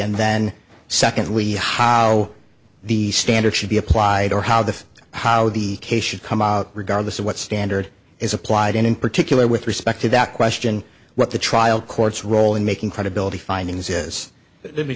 and then secondly how the standard should be applied or how the how the case should come out regardless of what standard is applied and in particular with respect to that question what the trial court's role in making credibility findings is